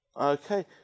okay